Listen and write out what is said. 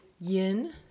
yin